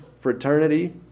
fraternity